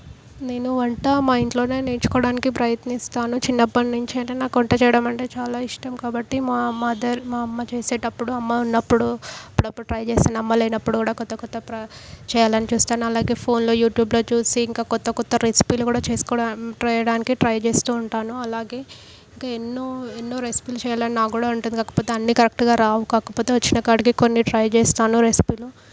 నేను వంట మా ఇంట్లోనే నేర్చుకోడానికి ప్రయత్నిస్తాను చిన్నప్పటి నుంచి అంటే నాకు వంట చేయడం అంటే చాలా ఇష్టం కాబట్టి మా మదర్ మా అమ్మ చేసేటప్పుడు అమ్మ ఉన్నప్పుడు అప్పుడప్పుడు ట్రై చేస్తాను అమ్మ లేనప్పుడు కూడా క్రొత్త క్రొత్త ప్ర చేయాలని చూస్తాను అలాగే ఫోన్లో యూట్యూబ్లో చూసి ఇంకా క్రొత్త క్రొత్త రెసిపీలు కూడా చేసుకోవడానికి చేయడానికి ట్రై చేస్తూ ఉంటాను అలాగే ఇంకా ఎన్నో ఎన్నో రెసిపీలు చేయాలని నాకు కూడా ఉంటుంది కాకపోతే అన్నీ కరెక్ట్గా రావు కాకపోతే వచ్చిన కాడికి కొన్ని ట్రై చేస్తాను రెసిపీలు